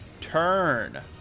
turn